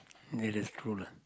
it is true lah